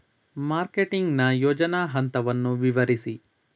Marketing ನ ಯೋಜನಾ ಹಂತವನ್ನು ವಿವರಿಸಿ?